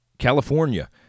California